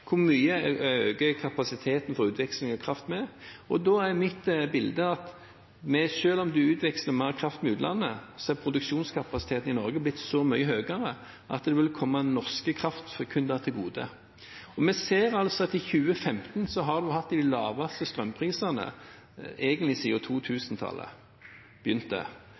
hvor mye øker kapasiteten for utveksling av kraft? Da er mitt bilde at selv om en utveksler mer kraft med utlandet, har produksjonskapasiteten i Norge blitt så mye høyere at det vil komme norske kraftkunder til gode. Vi ser at i 2015 hadde vi de laveste strømprisene siden 2000-tallet begynte, egentlig.